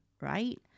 right